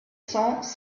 cents